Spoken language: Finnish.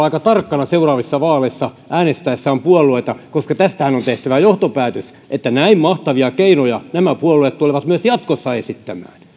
aika tarkkana seuraavissa vaaleissa äänestäessään puolueita koska tästähän on tehtävä johtopäätös että näin mahtavia keinoja nämä puolueet tulevat myös jatkossa esittämään